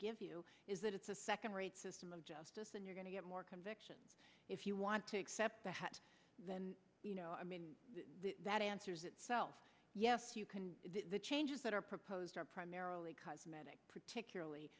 give you is that it's a second rate system of justice and you're going to get more conviction if you want to accept that i mean that answers itself yes you can the changes that are proposed are primarily cosmetic particularly